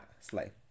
Slay